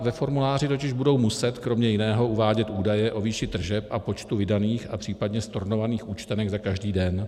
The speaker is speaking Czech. Ve formuláři totiž budou muset kromě jiného uvádět údaje o výši tržeb a počtu vydaných a případně stornovaných účtenek za každý den.